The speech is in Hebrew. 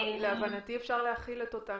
להבנתי אפשר להחיל את אותם